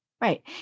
Right